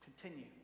continue